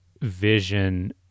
vision